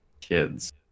kids